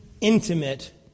intimate